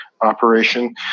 operation